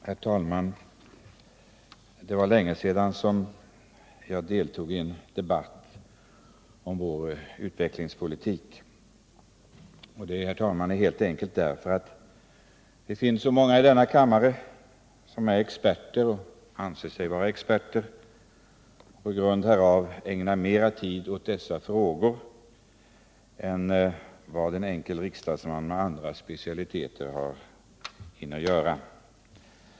Herr talman! Det var länge sedan jag deltog i en debatt om vår utvecklingspolitik. Detta beror, herr talman, helt enkelt på att det finns många i denna kammare som är experter och som även anser sig vara experter på dessa frågor och på grund därav ägnar dem mera tid än vad en enkel riksdagsman med andra specialiteter hinner göra.